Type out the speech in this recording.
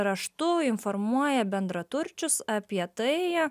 raštu informuoja bendraturčius apie tai